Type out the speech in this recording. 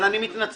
אבל אני מתנצל